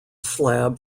slab